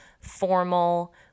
formal